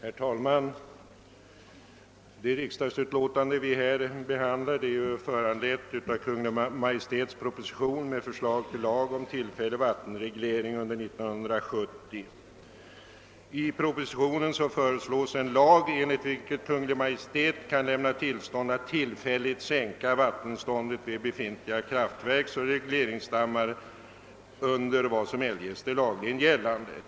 Herr talman! Det utskottsutlåtande vi här behandlar är föranlett av Kungl. Maj:ts proposition med förslag till lag om tillfällig vattenreglering under 1970, enligt vilken lag Kungl. Maj:t kan lämna tillstånd att tillfälligt sänka vattenståndet vid befintliga kraftverk och regleringsdammar under vad som eljest är lagligen gällande.